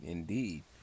Indeed